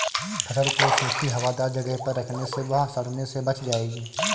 फसल को सूखी, हवादार जगह पर रखने से वह सड़ने से बच जाएगी